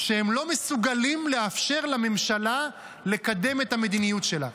שהם לא מסוגלים לאפשר לממשלה לקדם את המדיניות שלה.